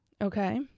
Okay